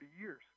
years